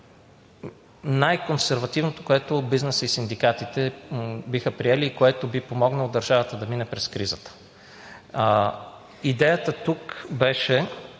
най-консервативното, което бизнесът и синдикатите биха приели и което би помогнало държавата да премине през кризата. Идеята тук беше